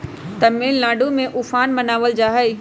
तमिलनाडु में उफान मनावल जाहई